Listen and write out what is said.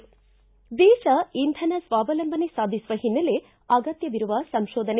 ದೇಶ ಇಂಧನ ಸ್ವಾವಲಂಬನೆ ಸಾಧಿಸುವ ಹಿನ್ನೆಲೆ ಅಗತ್ತವಿರುವ ಸಂಶೋಧನೆ